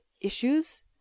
issues